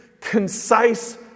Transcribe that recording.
concise